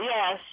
Yes